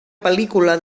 pel·lícula